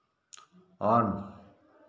on